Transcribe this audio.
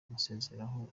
kumusezeraho